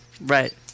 Right